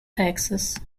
texas